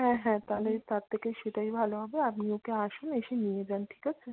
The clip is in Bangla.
হ্যাঁ হ্যাঁ তাহলে তার থেকে সেটাই ভালো হবে আপনি ওকে আসুন এসে নিয়ে যান ঠিক আছে